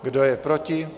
Kdo je proti?